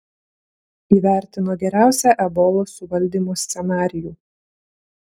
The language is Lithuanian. įvertino geriausią ebolos suvaldymo scenarijų